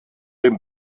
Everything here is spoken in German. den